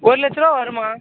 ஒரு லட்சம் ரூபா வரும்மா